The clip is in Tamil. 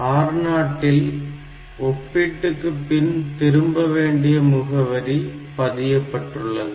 R0 இல் ஒப்பீட்டுக்கு பின் திரும்ப வேண்டிய முகவரி பதியப்பட்டுள்ளது